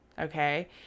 okay